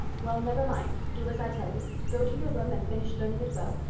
well, never mind, do as i tell you. go to your room and finish learning it well,